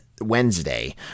Wednesday